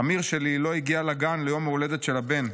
אמיר שלי לא הגיע לגן ליום ההולדת של הבן,